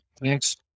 Thanks